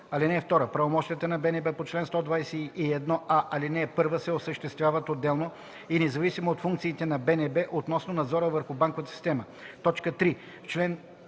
ал. 2: „(2) Правомощията на БНБ по чл. 121а, ал. 1 се осъществяват отделно и независимо от функциите на БНБ относно надзора върху банковата система.” 3. В